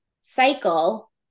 cycle